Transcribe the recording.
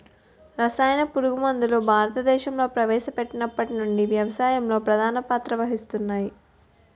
రసాయన పురుగుమందులు భారతదేశంలో ప్రవేశపెట్టినప్పటి నుండి వ్యవసాయంలో ప్రధాన పాత్ర వహిస్తున్నాయి